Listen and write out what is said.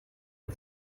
bya